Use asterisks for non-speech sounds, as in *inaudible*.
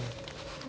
*noise*